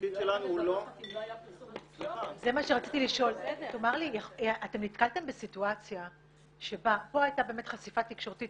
התפקיד שלנו הוא לא -- פה הייתה באמת חשיפה תקשורתית,